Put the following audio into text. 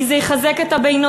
כי זה יחזק את הבינוניות,